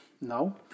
No